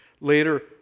Later